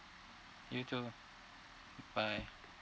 you too bye